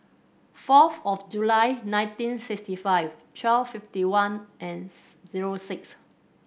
forth of July nineteen sixty five twelve fifty one zero six